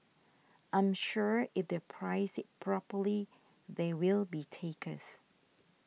I'm sure if they price it properly there will be takers